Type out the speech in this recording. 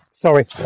Sorry